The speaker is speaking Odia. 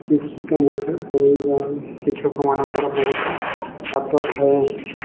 ଶିକ୍ଷିତ ମଧ୍ୟ କରାଇବାରେ ଶିକ୍ଷକମାନଙ୍କର ବହୁତ ହାତ ଥାଏ